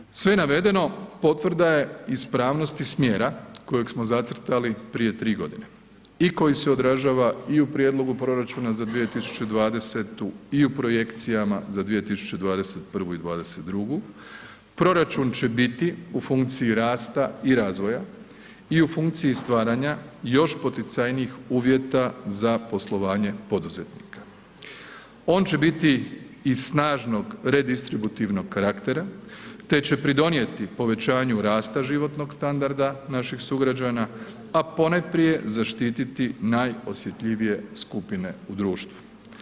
Dame i gospodo, sve navedeno potvrda je ispravnosti smjera kojeg smo zacrtali prije 3.g. i koji se odražava i u prijedlogu proračuna za 2020. i u projekcijama za 2021. i '22, proračun će biti u funkciji rasta i razvoja i u funkciji stvaranja još poticajnijih uvjeta za poslovanje poduzetnika, on će biti iz snažnog redistributivnog karaktera, te će pridonijeti povećanju rasta životnog standarda naših sugrađana, a ponajprije zaštiti najosjetljivije skupine u društvu.